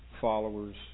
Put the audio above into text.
followers